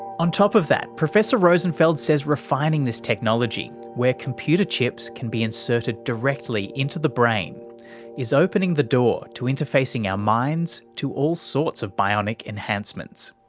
on top of that, professor rosenfeld says refining this technology where computer chips can be inserted directly into the brain is opening the door to interfacing our minds to all sorts of bionic enhancements.